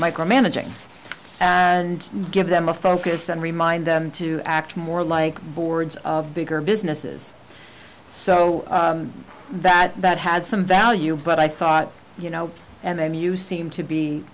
micromanaging and give them a focus and remind them to act more like boards of bigger businesses so that that had some value but i thought you know and then you seem to be